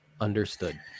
Understood